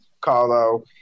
Carlo